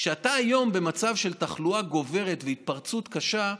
כשאתה היום במצב של תחלואה גוברת והתפרצות קשה,